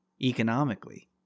Economically